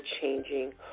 changing